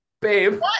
babe